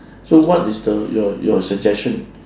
so what is the your your suggestion